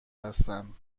هستند